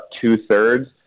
two-thirds